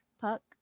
puck